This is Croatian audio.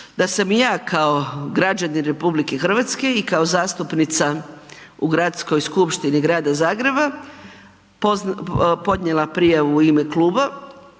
da sam i ja kao građanin RH i kao zastupnica u Gradskoj skupštini Grada Zagreba podnijela prijavu u ime kluba